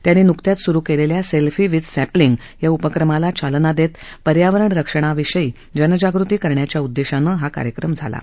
त्यांनी नुकत्याच सुरु केलेल्या सेल्फी विथ सॅपलींग या उपक्रमाला चालना देत पर्यावरण रक्षणाविषयी जनजागृती करण्याच्या उददेशानं हे कार्यक्रम होणार आहे